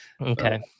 Okay